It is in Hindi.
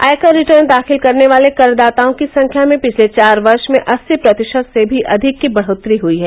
आयकर रिटर्न दाखिल करने वाले करदाताओं की संख्या में पिछले चार वर्ष में अस्सी प्रतिशत से भी अधिक की बढोतरी हुई है